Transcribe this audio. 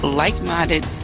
like-minded